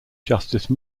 justice